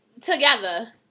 together